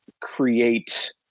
create